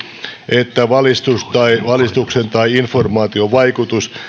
että valistus tai valistuksen tai informaation vaikutus